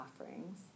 offerings